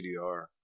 DDR